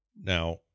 Now